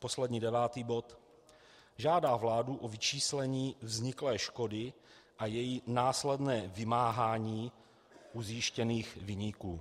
Poslední, devátý bod: žádá vládu o vyčíslení vzniklé škody a její následné vymáhání u zjištěných viníků.